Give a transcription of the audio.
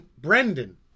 Brendan